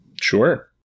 Sure